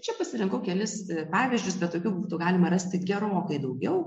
čia pasirinkau kelis pavyzdžius bet tokių būtų galima rasti gerokai daugiau